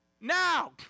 Now